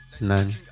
None